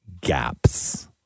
gaps